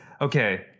okay